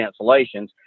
cancellations